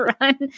run